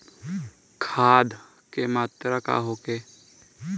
खाध के मात्रा का होखे?